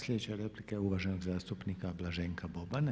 Sljedeća replika je uvaženog zastupnika Blaženka Bobana.